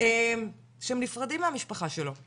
שהם נפרדים מהמשפחה שלו,